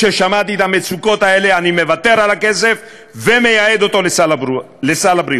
כששמעתי על המצוקות האלה אני מוותר על הכסף ומייעד אותו לסל התרופות.